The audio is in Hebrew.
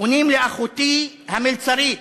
פונים לאחותי המלצרית